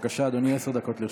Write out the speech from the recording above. בבקשה, אדוני, עשר דקות לרשותך.